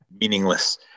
meaningless